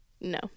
no